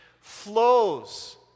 flows